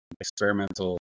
experimental